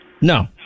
No